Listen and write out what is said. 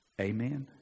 Amen